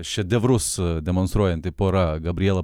šedevrus demonstruojanti pora gabriela